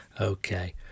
okay